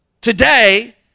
today